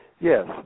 Yes